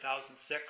2006